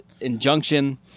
injunction